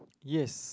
yes